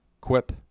Quip